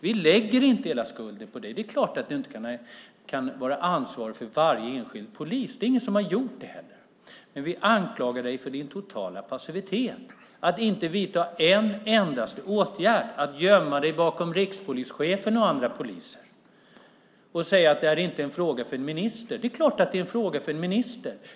Vi lägger inte hela skulden på dig. Det är klart att du inte kan vara ansvarig för varje enskild polis, och det är ingen som har sagt det heller. Men vi anklagar dig för din totala passivitet, att inte vidta en endaste åtgärd, att gömma dig bakom rikspolischefen och andra poliser och säga att det här inte är en fråga för en minister. Det är klart att det är en fråga för en minister.